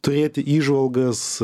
turėti įžvalgas